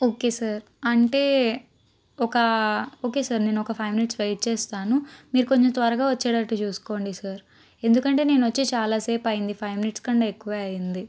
ఒకే sir అంటే ఒక okay sir అంటే ఒక ఒకే సారి నేను ఒక ఫైవ్ మినిట్స్ వెయిట్ చేస్తాను మీరు కొంచెం త్వరగా వచ్చేటట్టు చూసుకోండి సార్ ఎందుకంటే నేను వచ్చి చాలా సేపు అయింది ఫైవ్ మినిట్స్ కన్నా ఎక్కువ అయింది